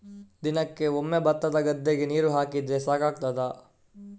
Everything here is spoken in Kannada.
ದಿನಕ್ಕೆ ಒಮ್ಮೆ ಭತ್ತದ ಗದ್ದೆಗೆ ನೀರು ಹಾಕಿದ್ರೆ ಸಾಕಾಗ್ತದ?